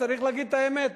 צריך להגיד את האמת.